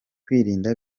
kwirinda